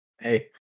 Hey